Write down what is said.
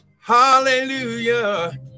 Hallelujah